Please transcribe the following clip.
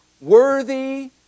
Worthy